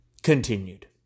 Continued